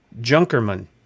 Junkerman